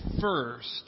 first